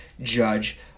judge